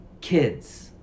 kids